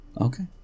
Okay